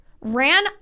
Ran